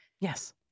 yes